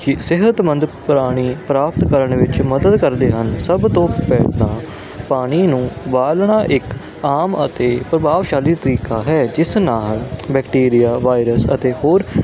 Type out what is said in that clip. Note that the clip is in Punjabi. ਸਿ ਸਿਹਤਮੰਦ ਪ੍ਰਾਣੀ ਪ੍ਰਾਪਤ ਕਰਨ ਵਿੱਚ ਮਦਦ ਕਰਦੇ ਹਨ ਸਭ ਤੋਂ ਪਹਿਲਾਂ ਪਾਣੀ ਨੂੰ ਉਬਾਲਣਾ ਇੱਕ ਆਮ ਅਤੇ ਪ੍ਰਭਾਵਸ਼ਾਲੀ ਤਰੀਕਾ ਹੈ ਜਿਸ ਨਾਲ ਬੈਕਟੀਰੀਆ ਵਾਇਰਸ ਅਤੇ ਹੋਰ